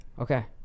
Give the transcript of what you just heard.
Okay